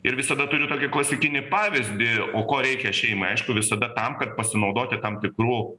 ir visada turiu tokį klasikinį pavyzdį o ko reikia šeimai aišku visada tam kad pasinaudoti tam tikru